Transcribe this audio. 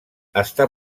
està